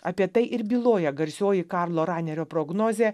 apie tai ir byloja garsioji karlo ranerio prognozė